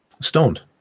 stoned